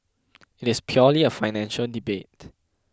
it is purely a financial debate